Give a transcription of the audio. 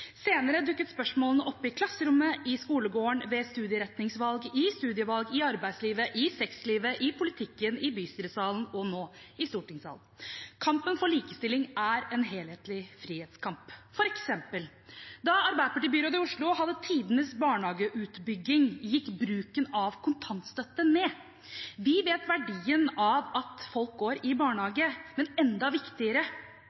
Senere dukket spørsmålene opp i klasserommet, i skolegården, ved studieretningsvalg, ved studievalg, i arbeidslivet, i sexlivet, i politikken, i bystyresalen og nå i stortingssalen. Kampen for likestilling er en helhetlig frihetskamp. For eksempel: Da Arbeiderparti-byrådet i Oslo hadde tidenes barnehageutbygging, gikk bruken av kontantstøtte ned. Vi vet verdien av at barn går i